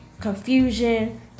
confusion